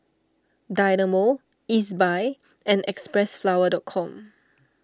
Dynamo Ezbuy and Xpressflower dot com